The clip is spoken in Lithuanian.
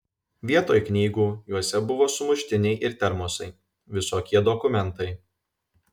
vietoj knygų juose buvo sumuštiniai ir termosai visokie dokumentai